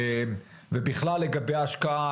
בכלל לגבי ההשקעה,